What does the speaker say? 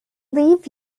leave